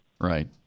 Right